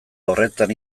horretan